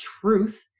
truth